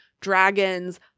dragons